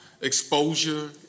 exposure